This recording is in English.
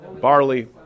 barley